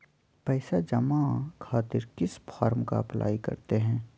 पैसा जमा खातिर किस फॉर्म का अप्लाई करते हैं?